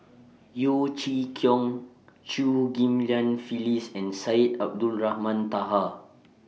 Yeo Chee Kiong Chew Ghim Lian Phyllis and Syed Abdulrahman Taha